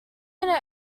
unit